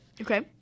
Okay